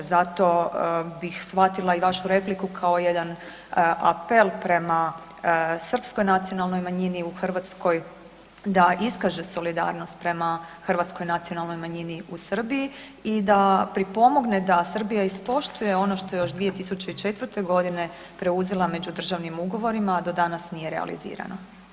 Zato bih shvatila i vašu repliku kao jedan apel prema srpskoj nacionalnoj manjini u Hrvatskoj da iskaže solidarnost prema hrvatskoj nacionalnoj manjini u Srbiji i da pripomogne da Srbija ispoštuje ono što je još 2004. godine preuzela međudržavnim ugovorima, a do danas nije realizirano.